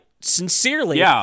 Sincerely